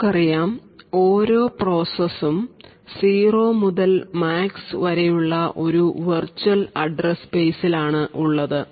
നമുക്കറിയാം ഓരോ പ്രോസസ് ഉം പൂജ്യം മുതൽ മാക്സ് വരെ ഉള്ള ഒരു വെർച്വൽ അഡ്രസ്സ് സ്പേസിൽ ആണ് ഉള്ളത്